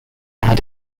had